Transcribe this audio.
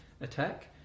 attack